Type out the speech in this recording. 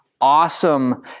awesome